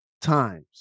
times